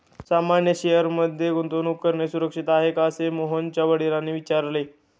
सामान्य शेअर मध्ये गुंतवणूक करणे सुरक्षित आहे का, असे मोहनच्या वडिलांनी विचारले